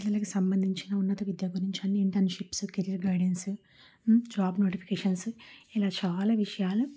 పిల్లలకి సంబంధించిన ఉన్నత విద్య గురించి అన్ని internships career guidance job notifications ఇలా చాలా విషయాలు